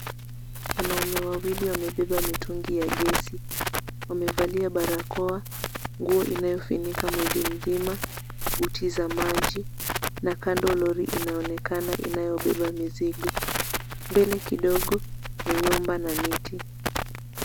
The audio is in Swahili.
Wanaume wawili wamebeba mitungi ya gesi. Wwamevalia barakoa, nguo inayofunika miwili mzima, utiza maji na kando lori inaonekana inayobeba mizingo. Mbele kidogo ni nyumba na miti.